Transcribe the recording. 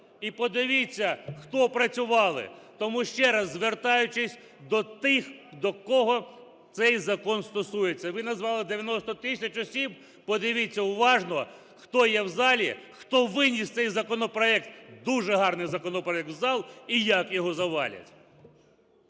І подивіться, хто працювали. Тому ще раз, звертаючись до тих, до кого цей закон стосується. Ви назвали 90 тисяч осіб, подивіться уважно, хто є в залі, хто виніс цей законопроект, дуже гарний законопроект, в зал, і як його завалять.